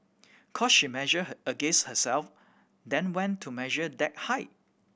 cos she measured her against herself then went to measure that height